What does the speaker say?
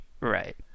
Right